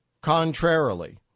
contrarily